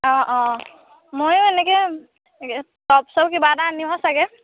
অঁ অঁ ময়ো এনেকৈ এনেকৈ টপ চপ কিবা এটা আনিমগৈ চাগে